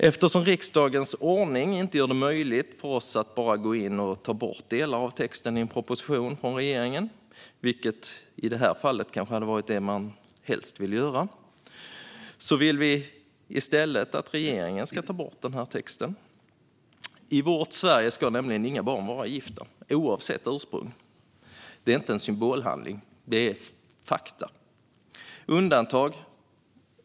Eftersom riksdagens ordning inte gör det möjligt för oss att bara gå in och ta bort delar av texten i en proposition från regeringen, vilket i detta fall kanske hade varit vad man helst hade velat göra, vill vi att regeringen i stället ska ta bort denna text. I vårt Sverige ska nämligen inga barn vara gifta, oavsett ursprung. Detta är ingen symbolhandling, utan det är fakta.